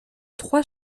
trois